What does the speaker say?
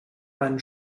einen